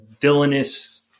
villainous